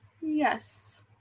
Yes